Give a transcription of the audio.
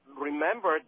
Remember